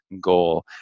goal